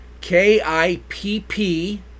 K-I-P-P